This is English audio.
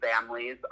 families